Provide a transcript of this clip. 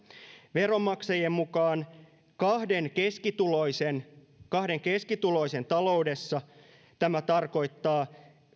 veronmaksajien mukaan kahden keskituloisen kahden keskituloisen taloudessa tämä tarkoittaa